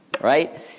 right